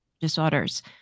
disorders